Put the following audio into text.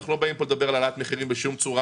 אנחנו לא באים לדבר על העלאת מחירים בשום צורה,